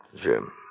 Jim